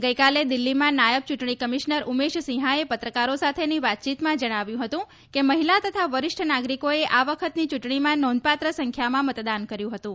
ગઈકાલે દિલ્હીમાં નાયબ ચ્રંટણી કમિશનર ઉમેશ સિંહાએ પત્રકારો સાથેની વાતચીતમાં જણાવ્યું હતું કે મહિલા તથા વરિષ્ઠ નાગરીકોએ આ વખતની ચૂંટણીમાં નોંધપાત્ર સંખ્યામાં મતદાન કર્યું હતું